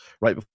right